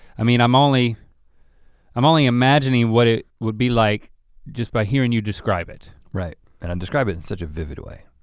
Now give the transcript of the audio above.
i mean i'm only i'm only imagining what it would be like just by hearing you describe it. right and i describe it in such a vivid way.